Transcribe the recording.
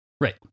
Right